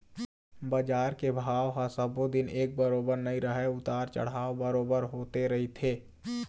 बजार के भाव ह सब्बो दिन एक बरोबर नइ रहय उतार चढ़ाव बरोबर होते रहिथे